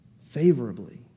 favorably